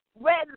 red